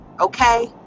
okay